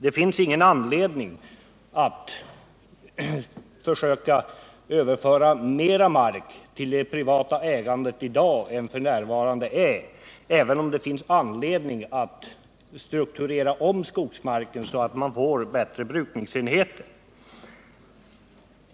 Det finns ingen anledning att försöka överföra mera mark till privat ägande i dag, även om det ibland finns anledning att strukturera om skogsmarken, så att man får bättre brukningsenheter.